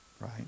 right